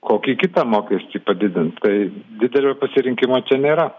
kokį kitą mokestį padidint tai didelio pasirinkimo čia nėra